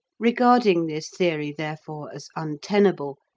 regarding this theory, therefore, as untenable,